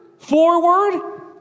Forward